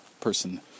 person